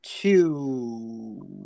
two